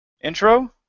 intro